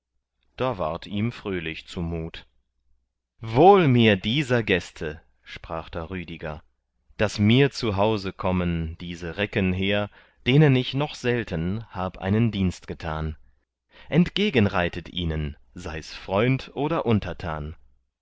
da ward ihm fröhlich zumut wohl mir dieser gäste sprach da rüdiger daß mir zu hause kommen diese recken hehr denen ich noch selten hab einen dienst getan entgegen reitet ihnen sei's freund oder untertan